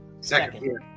Second